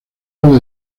largo